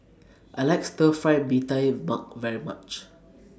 I like Stir Fried Mee Tai Mak very much